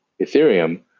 Ethereum